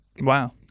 Wow